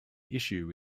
issue